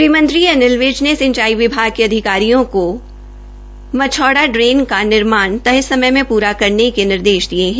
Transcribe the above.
गृहमंत्री अनिल विज ने सिंचाई विभाग के अधिकारियों को मच्छौड़ा ड्रेन का निर्माण तय समय में पुरा करने के निर्देश दिये है